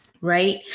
right